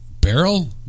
barrel